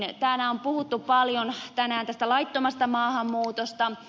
täällä on puhuttu paljon tänään tästä laittomasta maahanmuutosta